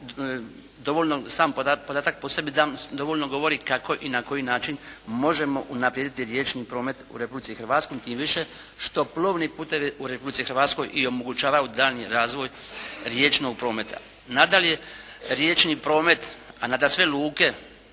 sam podatak po sebi dovoljno govori kako i na koji način možemo unaprijediti riječni promet u Republici Hrvatskoj, tim više što plovni putovi u Republici Hrvatskoj i omogućavaju daljnji razvoj riječnog prometa. Nadalje, riječni promet a nadasve luke